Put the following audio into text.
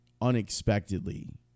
unexpectedly